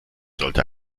sollte